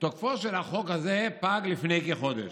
תוקפו של החוק הזה פג לפני כחודש,